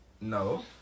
No